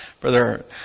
Brother